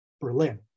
Berlin